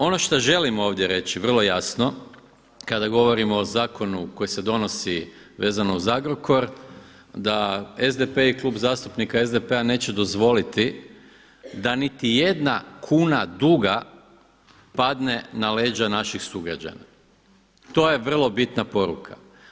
On što želim ovdje reći vrlo jasno kada govorimo o zakonu koji se donosi vezano uz Agrokor, da SDP i Klub zastupnika SDP-a neće dozvoliti da niti jedna kuna duga padne na leđa naših sugrađana, to je vrlo bitna poruka.